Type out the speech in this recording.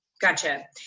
gotcha